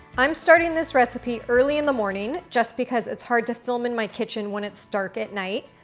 i'm starting this recipe early in the morning just because it's hard to film in my kitchen when it's dark at night.